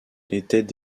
étaient